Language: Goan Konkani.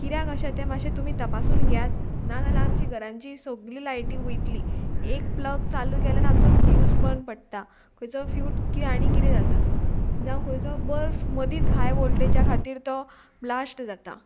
किद्याक अशें तें मातशें तुमी तपासून घेयात ना जाल्यार आमची घरांची सगळी लायटी वयतली एक प्लग चालू केल्यार आमचो फ्यूज बंद पडटा खंयचो फ्यूज किरें आनी कितें जाता जावं खंयचो बल्फ मदींच हाय वोल्टेजा खातीर तो ब्लास्ट जाता